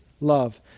love